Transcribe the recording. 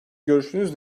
görüşünüz